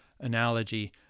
analogy